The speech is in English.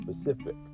specific